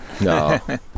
No